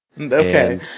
Okay